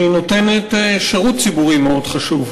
והיא נותנת שירות ציבורי מאוד חשוב.